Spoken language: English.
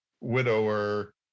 widower